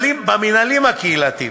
במינהלים הקהילתיים.